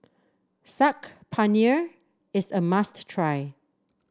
Saag Paneer is a must try